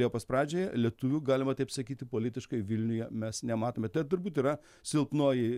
liepos pradžioje lietuvių galima taip sakyti politiškai vilniuje mes nematome te turbūt yra silpnoji